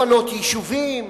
לפנות יישובים,